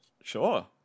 Sure